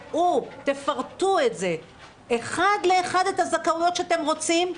תפרטו אחת לאחת את הזכאויות שאתם רוצים,